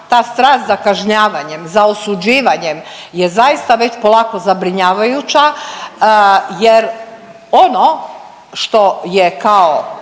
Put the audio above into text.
ta strast za kažnjavanje, za osuđivanjem je zaista već polako zabrinjavajuća jer ono što je kao